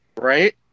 right